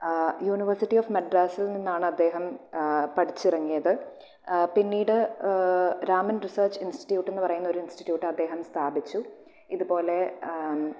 university of മഡറാസിൽ നിന്നാണ് അദ്ദേഹം പഠിച്ചിറങ്ങിയത് പിന്നീട് രാമൻ റീസെർച് ഇൻസ്റ്റിറ്റ്യൂട്ട് എന്നു പറയുന്നൊരു ഇൻസ്റ്റിറ്റ്യൂട്ട് അദ്ദേഹം സ്ഥാപിച്ചു ഇതുപോലെ